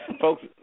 Folks